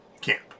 camp